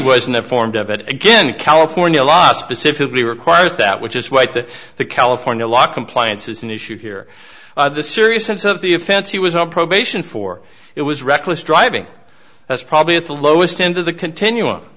wasn't informed of it again california law specifically requires that which is what the the california law compliance is an issue here the seriousness of the offense he was on probation for it was reckless driving that's probably at the lowest end of the continuum